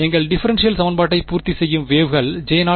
எங்கள் டிஃபரென்ஷியல் சமன்பாட்டை பூர்த்தி செய்யும் வேவ்கள் J0